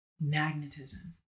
magnetism